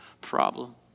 problem